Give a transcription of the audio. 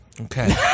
okay